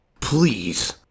Please